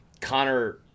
Connor